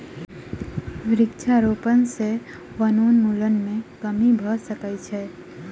वृक्षारोपण सॅ वनोन्मूलन मे कमी भ सकै छै